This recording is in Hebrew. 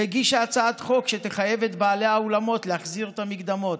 והגישה הצעת חוק שתחייב את בעלי האולמות להחזיר את המקדמות.